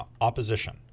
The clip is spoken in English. opposition